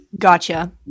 gotcha